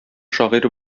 шагыйрь